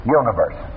universe